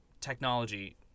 technology